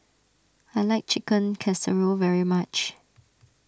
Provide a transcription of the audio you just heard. I like Chicken Casserole very much